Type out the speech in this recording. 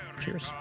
Cheers